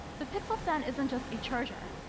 but pixel stand isn't just a charger.